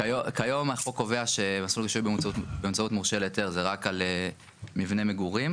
כיום החוק קובע שמסלול רישוי באמצעות מורשה להיתר זה רק על מבנה מגורים,